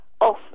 off